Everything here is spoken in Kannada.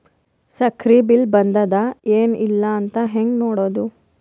ಸಕ್ರಿ ಬಿಲ್ ಬಂದಾದ ಏನ್ ಇಲ್ಲ ಅಂತ ಹೆಂಗ್ ನೋಡುದು?